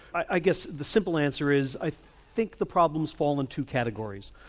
i guess the simple answer is i think the problems fall in two categories.